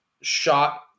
shot